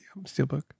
Steelbook